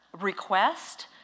request